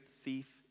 thief